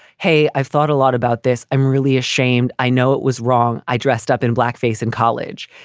hey, i've thought a lot about this. i'm really ashamed. i know it was wrong. i dressed up in blackface in college.